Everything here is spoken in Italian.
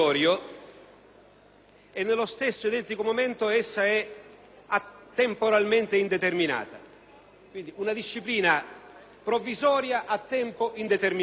nello stesso identico momento essa è temporalmente indeterminata: quindi, una disciplina provvisoria a tempo indeterminato.